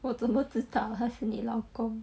我怎么知道他是你老公